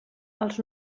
els